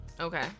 Okay